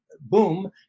Boom